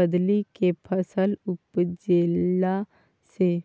बदलि केँ फसल उपजेला सँ